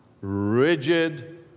rigid